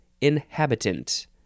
inhabitant